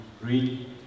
read